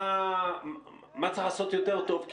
מה צריך לעשות יותר טוב?